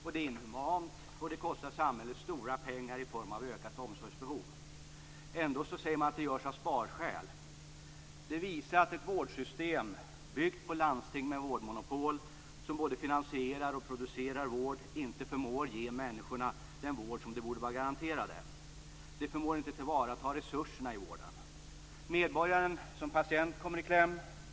Det är inhumant, och det kostar samhället stora pengar i form av ett ökat omsorgsbehov. Ändå säger man att det görs av sparskäl. Det visar att ett vårdsystem byggt på landsting med vårdmonopol som både finansierar och producerar vård inte förmår ge människorna den vård som de borde vara garanterade. Det förmår inte tillvarata resurserna i vården. Medborgaren som patient kommer i kläm.